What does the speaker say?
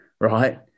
right